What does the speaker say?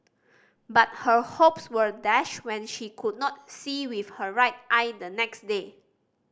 but her hopes were dashed when she could not see with her right eye the next day